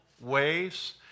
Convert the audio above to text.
ways